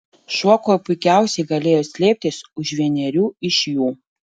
šuo kuo puikiausiai galėjo slėptis už vienerių iš jų